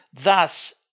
Thus